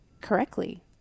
Correctly